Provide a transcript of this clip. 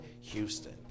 Houston